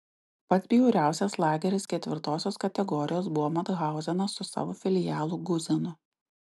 pats bjauriausias lageris ketvirtosios kategorijos buvo mathauzenas su savo filialu guzenu